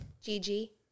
Gigi